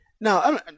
Now